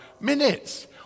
minutes